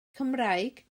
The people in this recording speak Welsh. cymraeg